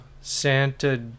Santa